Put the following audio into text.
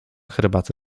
herbaty